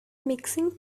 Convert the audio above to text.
mixing